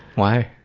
why?